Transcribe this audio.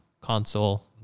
console